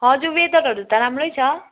हजुर वेदरहरू त राम्रै छ